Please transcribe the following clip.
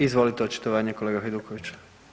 Izvolite očitovanje kolega Hajdukoviću.